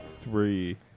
Three